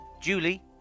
Julie